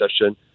session